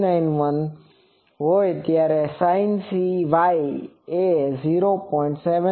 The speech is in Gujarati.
391 હોય ત્યારે sinC Y એ ૦